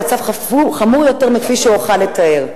המצב חמור יותר מכפי שאוכל לתאר.